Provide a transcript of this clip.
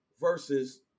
versus